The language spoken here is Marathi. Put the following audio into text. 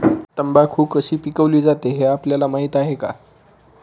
तंबाखू कशी पिकवली जाते हे आपल्याला माहीत आहे का?